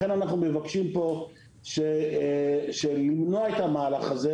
לכן אנחנו מבקשים פה למנוע את המהלך הזה.